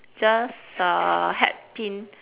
just uh hat pin